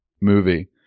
movie